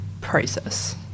process